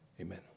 Amen